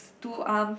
two arms